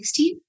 16